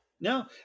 No